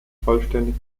vollständig